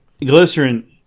glycerin